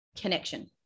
connection